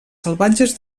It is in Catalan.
salvatges